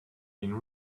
been